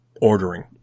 ordering